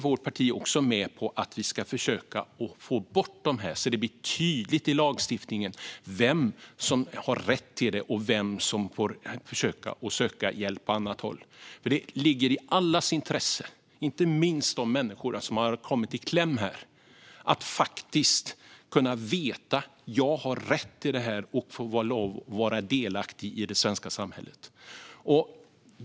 Vårt parti är med på att vi ska försöka få bort dessa så att det blir tydligt i lagstiftningen vem som har rätt till detta och vem som får söka hjälp på annat håll. Det ligger i allas intresse, inte minst för de människor som har kommit i kläm, att de får veta att de har rätt till detta och till att vara delaktiga i det svenska samhället.